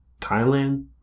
Thailand